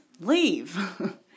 leave